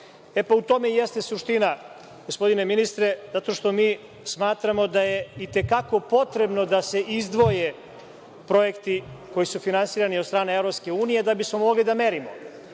u tome i jeste suština, zato što mi smatramo da je i te kako potrebno da se izdvoje projekti koji su finansirani od strane EU, da bismo mogli da merimo,